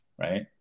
right